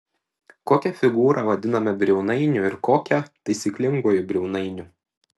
kokią figūrą vadiname briaunainiu ir kokią taisyklinguoju briaunainiu